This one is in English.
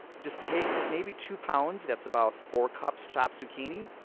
just take maybe two pounds that's about four cups chopped zucchini,